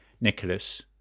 Nicholas